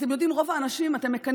אתם יודעים במה אנשים מקנאים?